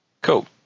cool